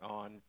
on